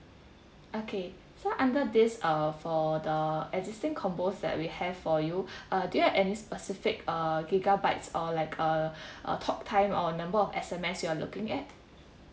okay so under this uh for the existing combos that we have for you uh do you have any specific uh gigabytes or like a a talk time or number of S_M_S you're looking at